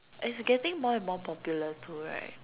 it's getting more and more popular too right